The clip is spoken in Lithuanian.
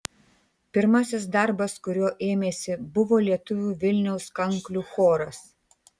pirmasis darbas kurio ėmėsi buvo lietuvių vilniaus kanklių choras